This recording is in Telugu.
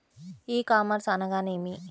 ఈ కామర్స్ అనగానేమి?